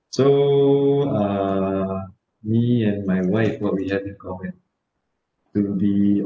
so uh me and my wife what we had in common to be